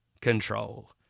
control